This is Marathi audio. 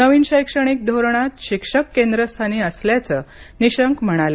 नवीन शैक्षणिक धोरणात शिक्षक केंद्रस्थानी असल्याचं निशंक म्हणाले